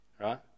right